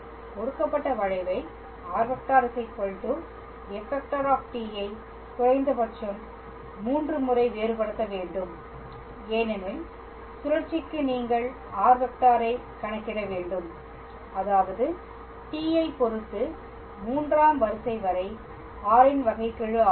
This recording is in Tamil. கொடுக்கப்பட்ட வளைவை r ⃗ f⃗ ஐ குறைந்தபட்சம் மூன்று முறை வேறுபடுத்த வேண்டும் ஏனெனில் சுழற்சிக்கு நீங்கள் r ஐ கணக்கிட வேண்டும் அதாவது t ஐ பொறுத்து மூன்றாம் வரிசை வரை r இன் வகைக்கெழு ஆகும்